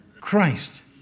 Christ